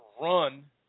run